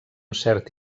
cert